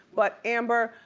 but amber,